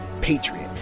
patriot